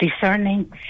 discerning